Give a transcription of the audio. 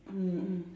mm mm